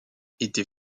était